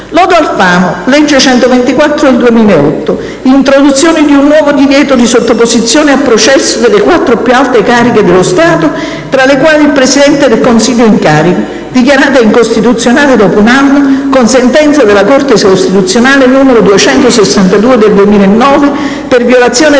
"Lodo Alfano" (legge n. 124 del 2008): introduzione di un nuovo divieto di sottoposizione a processo delle quattro più alte cariche dello Stato tra le quali il Presidente del Consiglio in carica, dichiarata incostituzionale dopo un anno, con sentenza della Corte costituzionale n. 262 del 2009, per violazione degli